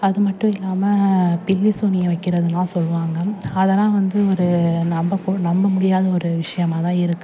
அது மட்டும் இல்லாமல் பில்லி சூனியம் வெக்கறதுலாம் சொல்வாங்க அதெல்லாம் வந்து ஒரு நம்பக்கு நம்பமுடியாத ஒரு விஷயமா தான் இருக்குது